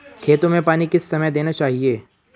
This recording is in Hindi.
खेतों में पानी किस समय देना चाहिए?